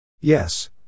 Yes